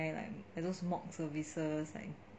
and those mock services like